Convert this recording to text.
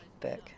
book